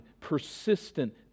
persistent